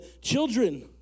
children